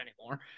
anymore